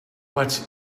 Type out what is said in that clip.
what